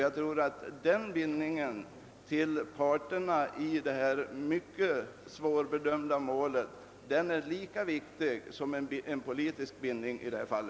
Jag tror att den bindningen till parterna i detta mycket svårbedömda mål är lika viktig som en politisk bindning i detta fall.